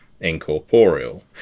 incorporeal